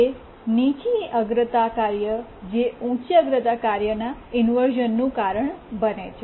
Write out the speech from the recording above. તે નીચી અગ્રતા કાર્ય છે જે ઉચ્ચ અગ્રતા કાર્યના ઇન્વર્શ઼નનું કારણ બને છે